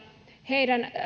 heidän